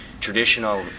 Traditional